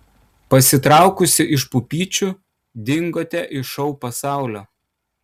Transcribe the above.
pasitraukusi iš pupyčių dingote iš šou pasaulio